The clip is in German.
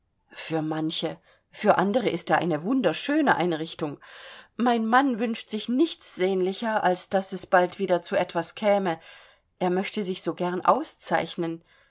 für manche für andere ist er eine wunderschöne einrichtung mein mann wünscht sich nichts sehnlicher als daß es bald wieder zu etwas käme er möchte sich so gern auszeichnen